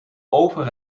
over